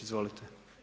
Izvolite.